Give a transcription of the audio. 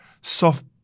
soft